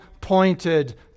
pointed